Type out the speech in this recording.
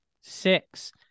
six